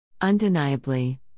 Undeniably